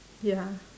ya